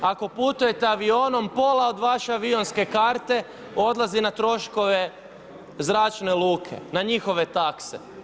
Ako putujete avionom, pola od vaše avionske karte odlazi na troškove zračne luke na njihove takse.